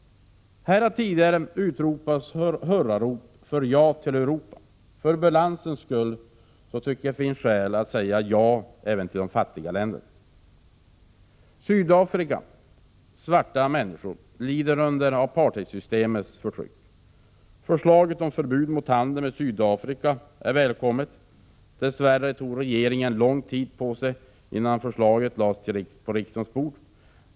Här har tidigare hörts hurrarop för ett ja till Europa. För balansens skull tycker jag att det finns skäl att också säga ja till de fattiga länderna. Sydafrikas svarta människor lider under apartheidsystemets förtryck. Förslaget om förbud mot handel med Sydafrika är välkommet. Dess värre tog regeringen lång tid på sig innan förslaget lades på riksdagens bord.